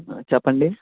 చెప్పండి